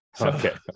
Okay